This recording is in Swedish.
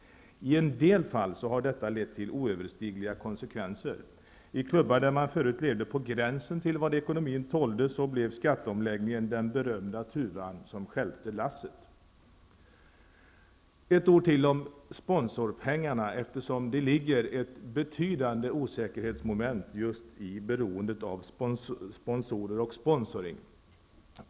I en del fall har detta lett till oöverstigliga konsekvenser. I klubbar där man förut levde på gränsen till vad ekonomin tålde, blev skatteomläggningen den berömda tuvan som stjälpte lasset. Jag vill säga några ord om sponsorpengarna, eftersom det ligger ett betydande osäkerhetsmoment i beroendet av sponsorer och sponsring.